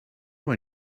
when